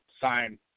Sign